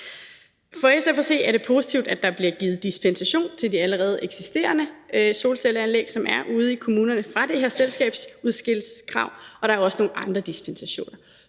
For SF at se er det positivt, at der bliver givet dispensation til de allerede eksisterende solcelleanlæg, som er ude i kommunerne, fra det her selskabsudskilleskrav, og der er også nogle andre dispensationer.